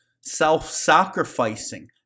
Self-sacrificing